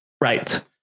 right